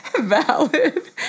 Valid